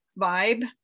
vibe